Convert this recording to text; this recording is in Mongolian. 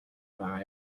байгаа